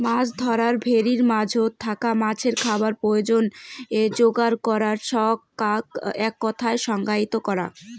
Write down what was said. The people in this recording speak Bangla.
মাছ ধরা ভেরির মাঝোত থাকা মাছের খাবার প্রয়োজনে যোগার করার ছচকাক এককথায় সংজ্ঞায়িত করা